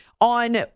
on